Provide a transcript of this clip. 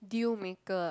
deal maker